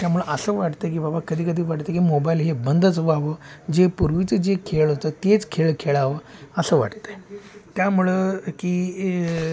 त्यामुळं असं वाटतं की बाबा कधी कधी वाटतं की मोबाईल हे बंदच व्हावं जे पूर्वीचं जे खेळ होतं तेच खेळ खेळावं असं वाटतं आहे त्यामुळं की